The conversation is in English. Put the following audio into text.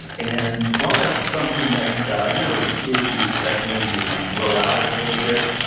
and while that's something that you know as a kid you expect maybe will will grow out of a little bit,